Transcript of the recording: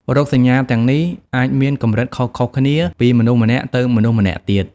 រោគសញ្ញាទាំងនេះអាចមានកម្រិតខុសៗគ្នាពីមនុស្សម្នាក់ទៅមនុស្សម្នាក់ទៀត។